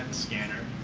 scanner.